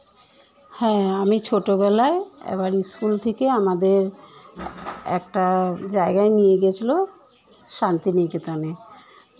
হ্যাঁ আমি ছোটোবেলায় এবার স্কুল থেকে আমাদের একটা জায়গায় নিয়ে গিয়েছলো শান্তিনিকেতনে